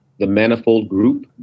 themanifoldgroup